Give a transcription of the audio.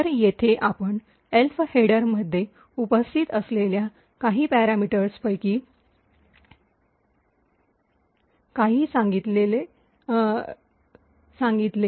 तर येथे आपण एल्फ हेडरमधे उपस्थित असलेल्या काही पॅरामीटर्सपैकी काही सांगितले